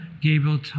Gabriel